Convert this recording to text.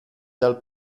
dal